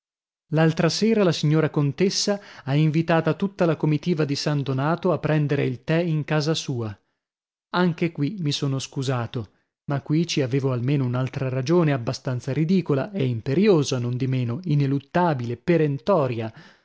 l'altra sera la signora contessa ha invitata tutta la comitiva di san donato a prendere il tè in casa sua anche qui mi sono scusato ma qui ci avevo almeno un'altra ragione abbastanza ridicola e imperiosa nondimeno ineluttabile perentoria